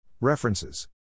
References